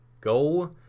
Go